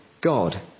God